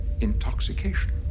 intoxication